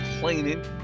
cleaning